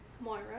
Moira